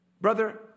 Brother